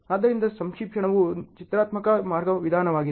ಆದ್ದರಿಂದ ಸಂಕ್ಷೇಪಣವು ಚಿತ್ರಾತ್ಮಕ ಮಾರ್ಗ ವಿಧಾನವಾಗಿದೆ